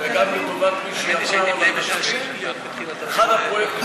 וגם לטובת מי שעכשיו בתצפית, אחד הפרויקטים,